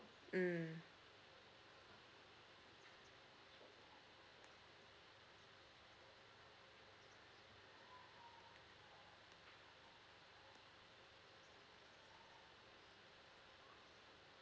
mm